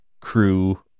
crew